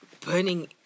burning